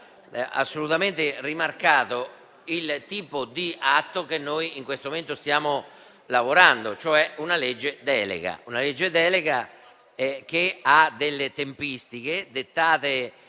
assolutamente rimarcato il tipo di atto che noi in questo momento stiamo discutendo, cioè una legge delega, che ha delle tempistiche dettate,